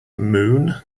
moon